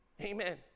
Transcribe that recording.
Amen